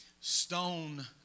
stone